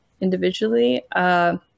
individually